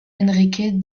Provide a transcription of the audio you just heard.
enrique